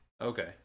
Okay